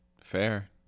Fair